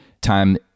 time